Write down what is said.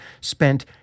spent